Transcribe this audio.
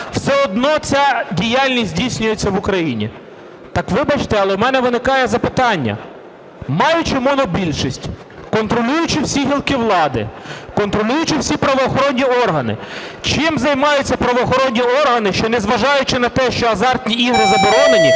все одно ця діяльність здійснюється в Україні. Так вибачте, але в мене виникає запитання. Маючи монобільшість, контролюючи всі гілки влади, контролюючи всі правоохоронні органи, чим займаються правоохоронні органи, що не зважаючи на те, що азартні ігри заборонені,